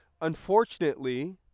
unfortunately